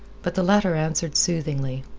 but the latter answered soothingly.